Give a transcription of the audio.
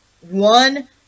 one